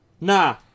nah